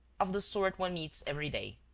of the sort one meets every day.